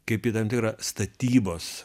kaip į tam tikrą statybos